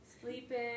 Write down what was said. Sleeping